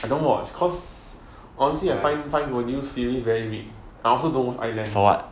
don't watch cause honestly I find find for new series very weak I also don't find them